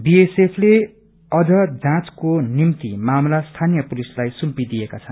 BSF ले अझ जाँको लागि मामला स्थानीय पुलिसलाई सुम्पिदिएका छन्